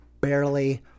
barely